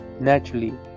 naturally